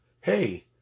hey